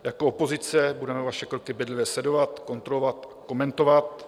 Jako opozice budeme vaše kroky bedlivě sledovat, kontrolovat, komentovat.